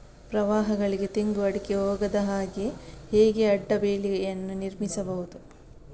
ಪ್ರವಾಹಗಳಿಗೆ ತೆಂಗು, ಅಡಿಕೆ ಹೋಗದ ಹಾಗೆ ಹೇಗೆ ಅಡ್ಡ ಬೇಲಿಯನ್ನು ನಿರ್ಮಿಸಬಹುದು?